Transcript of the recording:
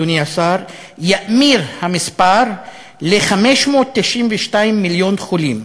אדוני השר, יאמיר המספר ל-592 מיליון חולים,